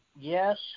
Yes